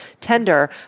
tender